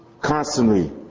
constantly